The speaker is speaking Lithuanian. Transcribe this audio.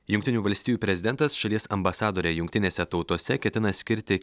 jungtinių valstijų prezidentas šalies ambasadore jungtinėse tautose ketina skirti